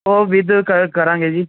ਉਹ ਵਿਦ ਕਰ ਕਰਾਂਗੇ ਜੀ